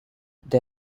they